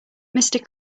mister